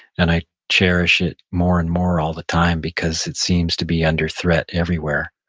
and i cherish it more and more all the time because it seems to be under threat everywhere,